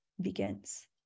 begins